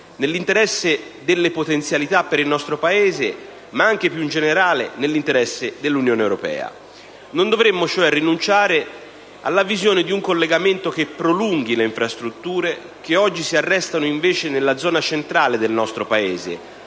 nell'interesse delle potenzialità per il nostro Paese ma anche più in generale nell'interesse dell'Unione europea. Non dovremmo cioè rinunciare alla visione di un collegamento che prolunghi le infrastrutture, infrastrutture che oggi si arrestano invece nella zona centrale del nostro Paese